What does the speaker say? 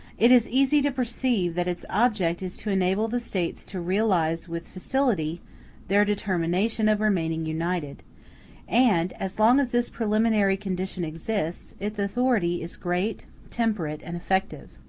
it is easy to perceive that its object is to enable the states to realize with facility their determination of remaining united and, as long as this preliminary condition exists, its authority is great, temperate, and effective.